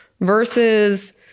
versus